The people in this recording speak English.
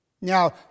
Now